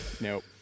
Nope